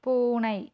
பூனை